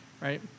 right